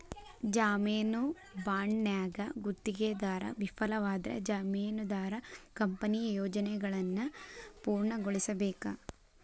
ಜಾಮೇನು ಬಾಂಡ್ನ್ಯಾಗ ಗುತ್ತಿಗೆದಾರ ವಿಫಲವಾದ್ರ ಜಾಮೇನದಾರ ಕಂಪನಿಯ ಯೋಜನೆಯನ್ನ ಪೂರ್ಣಗೊಳಿಸಬೇಕ